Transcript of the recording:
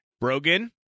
Brogan